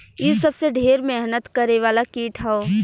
इ सबसे ढेर मेहनत करे वाला कीट हौ